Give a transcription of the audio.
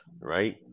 right